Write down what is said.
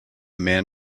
man